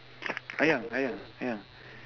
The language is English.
sayang sayang sayang